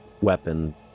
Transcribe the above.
weapon